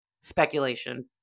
speculation